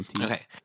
Okay